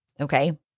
Okay